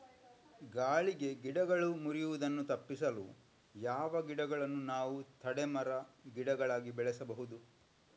ಗಾಳಿಗೆ ಗಿಡಗಳು ಮುರಿಯುದನ್ನು ತಪಿಸಲು ಯಾವ ಗಿಡಗಳನ್ನು ನಾವು ತಡೆ ಮರ, ಗಿಡಗಳಾಗಿ ಬೆಳಸಬಹುದು?